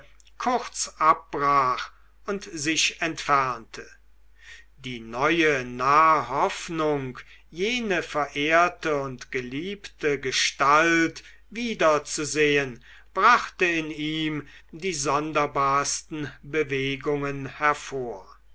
kurz abbrach und sich entfernte die neue nahe hoffnung jene verehrte und geliebte gestalt wiederzusehen brachte in ihm die sonderbarsten bewegungen hervor